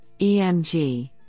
EMG